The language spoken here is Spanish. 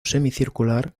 semicircular